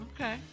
Okay